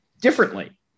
differently